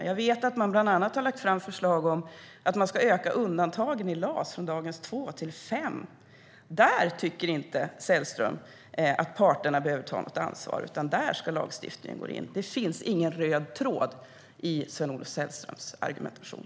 Jag vet att man bland annat har lagt fram förslag om att öka undantagen i LAS från dagens två till fem. Där tycker inte Sällström att parterna behöver ta något ansvar utan där ska lagstiftningen gå in. Det finns ingen röd tråd i Sven-Olof Sällströms argumentation.